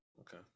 Okay